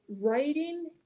writing